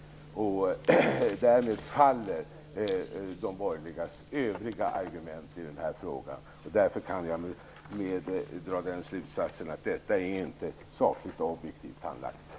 Därmed faller de borgerligas övriga argument i frågan. Därför kan jag dra slutsatsen att frågan inte är sakligt objektivt handlagd.